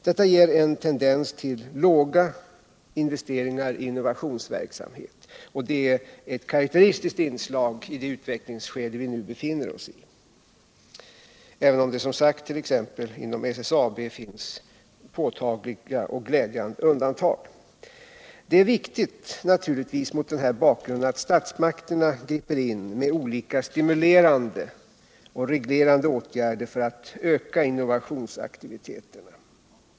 Detta ger en tendens till låga investeringar i innovationsverksamhet, och det är ett karakteristiskt inslag i det utvecklingsskede vi nu befinner oss i — även om det som sagt t.ex. inom SSAB finns påtagliga och glädjande undantag. Det är mot den här bakgrunden naturligtvis viktigt att statsmakterna griper in med olika stimulerande och reglerande åtgärder för att öka innovationsaktiviteterna.